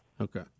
Okay